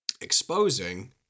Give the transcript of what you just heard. exposing